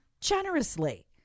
generously